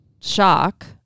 shock